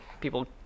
people